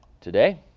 today